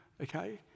okay